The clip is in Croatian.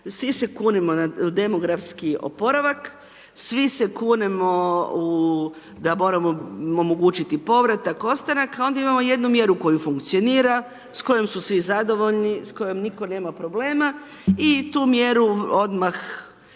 svi se kunemo na demografski oporavak, svi se kunemo da moramo omogućiti povratak, ostanak, onda imamo jednu mjeru koja funkcionira, s kojom su svi zadovoljni, s kojom nitko nema problema i tu mjeru odmah